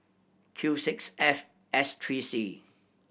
Q six F S three C